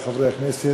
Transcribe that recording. חברי חברי הכנסת,